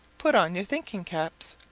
put on your thinking-caps.